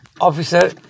officer